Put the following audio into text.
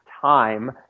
time